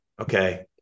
okay